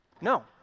No